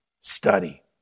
study